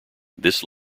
this